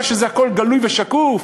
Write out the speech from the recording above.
מכיוון שהכול גלוי ושקוף?